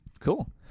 Cool